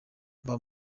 mba